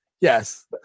Yes